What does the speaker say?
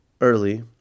early